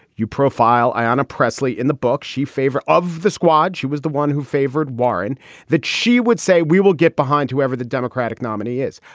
you profile ayanna pressley in the book. she favorite of the squad. she was the one who favored warren that she would say we will get behind whoever the democratic nominee is.